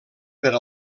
per